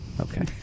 Okay